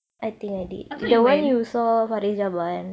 I thought you went